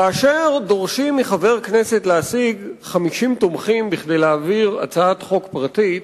כאשר דורשים מחבר כנסת להשיג 50 תומכים כדי להעביר הצעת חוק פרטית,